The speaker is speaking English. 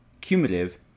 cumulative